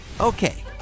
Okay